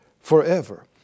forever